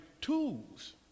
tools